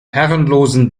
herrenlosen